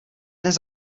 dnes